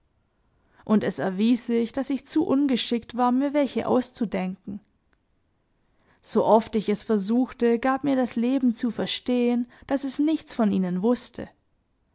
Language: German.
und es erwies sich daß ich zu ungeschickt war mir welche auszudenken sooft ich es versuchte gab mir das leben zu verstehen daß es nichts von ihnen wußte